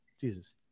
jesus